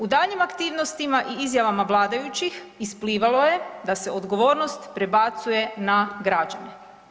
U daljnjim aktivnostima i izjavama vladajući isplivalo je da se odgovornost prebacuje na građane.